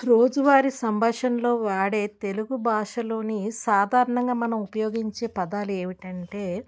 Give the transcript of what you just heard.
రోజువారి సంభాషణలో వాడే తెలుగు భాషలోని సాధారణంగా మనం ఉపయోగించే పదాలు ఏవిటంటే